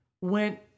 went